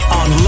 on